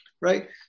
right